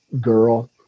girl